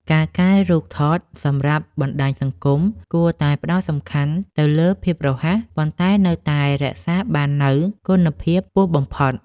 ការកែរូបថតសម្រាប់ បណ្តាញសង្គម គួរតែផ្ដោតសំខាន់ទៅលើភាពរហ័ស ប៉ុន្តែនៅតែរក្សាបាននូវគុណភាពខ្ពស់បំផុត។